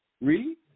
Read